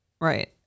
Right